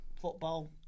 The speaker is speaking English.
football